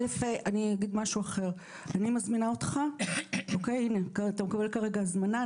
אני אגיד משהו אחר: אני מזמינה אותך - אתה מקבל כרגע הזמנה.